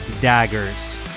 daggers